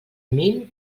mil